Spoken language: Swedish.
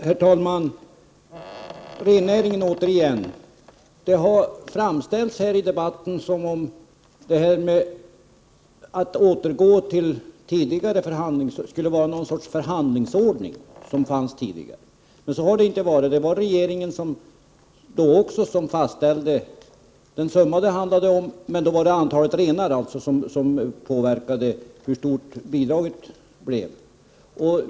Herr talman! Rennäringen har återigen tagits upp. Det framställs i denna debatt som om det nu skulle vara fråga om att återgå till en förhandlingsordning som gällde tidigare, men så är det inte. Det var också tidigare regeringen som fastställde summan, men det var antalet renar som påverkade hur stort bidraget blev.